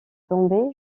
tomber